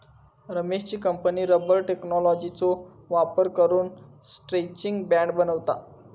रमेशची company rubber टेक्नॉलॉजीचो वापर करून स्ट्रैचिंग बँड बनवता